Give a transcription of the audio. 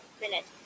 Minute